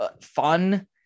fun